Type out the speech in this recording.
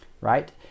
right